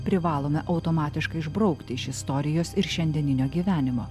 privalome automatiškai išbraukti iš istorijos ir šiandieninio gyvenimo